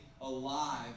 alive